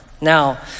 Now